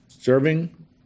Serving